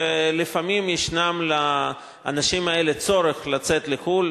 ולפעמים יש לאנשים האלה צורך לצאת לחו"ל,